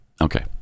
Okay